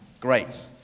Great